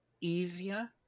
easier